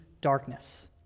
darkness